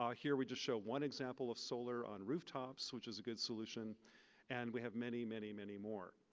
um here, we just show one example of solar on rooftops, which is a good solution and we have many many many more.